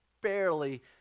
barely